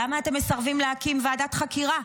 למה אתם מסרבים להקים ועדת חקירה?